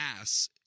ass